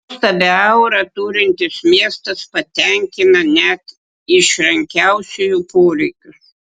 nuostabią aurą turintis miestas patenkina net išrankiausiųjų poreikius